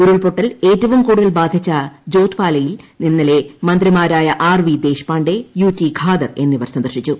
ഉരുൾപൊട്ടൽ ഏറ്റവും കൂടുതൽ ബാധിച്ചു ജോധ്പാലയിൽ ഇന്നലെ മന്ത്രിമാരായ ആർ വി ദേശ്പാണ്ഡെപ്പിയു ടി ഖാദർ എന്നിവർ സന്ദർശിച്ചു